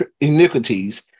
iniquities